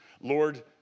Lord